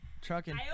trucking